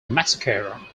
massacre